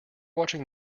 watching